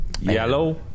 Yellow